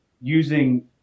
using